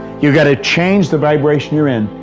you've got to change the vibration you're in,